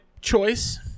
choice